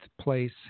place